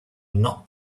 not